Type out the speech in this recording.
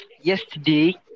yesterday